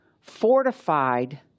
fortified